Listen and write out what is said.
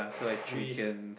trees